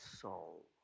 soul